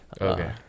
okay